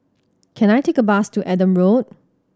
can I take a bus to Adam Road